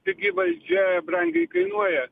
pigi valdžia brangiai kainuoja